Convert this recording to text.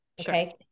Okay